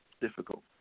difficult